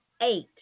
eight